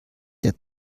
der